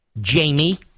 Jamie